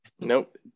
Nope